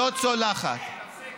עוד פעם אחת אתה יוצא.